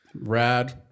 Rad